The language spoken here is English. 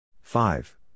five